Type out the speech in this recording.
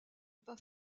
pas